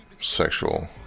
sexual